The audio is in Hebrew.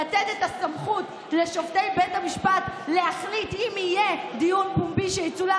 לתת את הסמכות לשופטי בית המשפט להחליט אם יהיה דיון פומבי שיצולם,